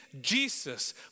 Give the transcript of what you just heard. Jesus